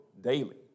daily